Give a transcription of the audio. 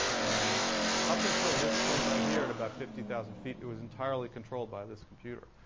and up until this point right here, at about fifty thousand feet, it was entirely controlled by this computer.